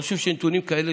אבל אני חושב שנתונים כאלה,